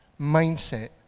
mindset